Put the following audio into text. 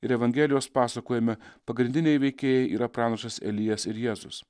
ir evangelijos pasakojime pagrindiniai veikėjai yra pranašas elijas ir jėzus